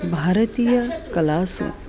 भारतीये कलासु